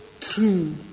true